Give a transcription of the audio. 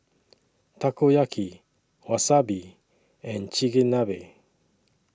Takoyaki Wasabi and Chigenabe